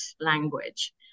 language